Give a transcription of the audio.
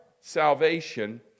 salvation